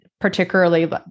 particularly